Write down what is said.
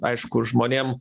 aišku žmonėm